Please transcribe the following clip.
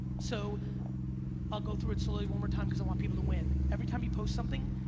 so i'll go through it slowly one more time cause i want people to win. every time you post something,